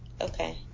Okay